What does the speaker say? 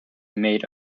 made